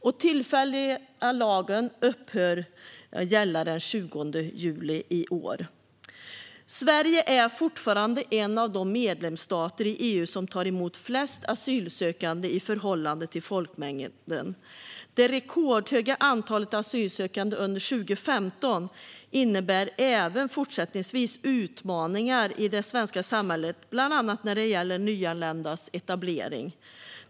Den tillfälliga lagen upphör att gälla den 20 juli i år. Sverige är fortfarande en av de medlemsstater i EU som tar emot flest asylsökande i förhållande till folkmängden. Det rekordhöga antalet asylsökande under 2015 innebär även fortsättningsvis utmaningar i det svenska samhället, bland annat när det gäller nyanländas etablering.